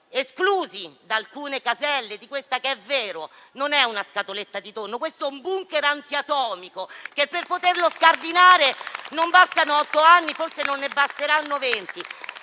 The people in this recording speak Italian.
esclusi da alcune caselle di questa che - è vero - non è una scatoletta di tonno, è un *bunker* antiatomico, che per poterlo scardinare non bastano otto anni, forse non ne basteranno venti;